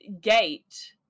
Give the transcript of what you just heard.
gate